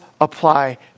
apply